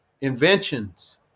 inventions